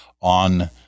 on